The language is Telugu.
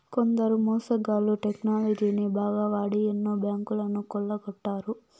కొందరు మోసగాళ్ళు టెక్నాలజీని బాగా వాడి ఎన్నో బ్యాంకులను కొల్లగొట్టారు